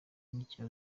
n’icya